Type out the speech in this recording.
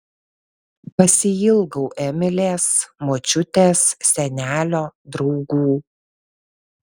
pasiilgau emilės močiutės senelio draugų